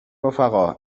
رفقا